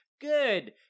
good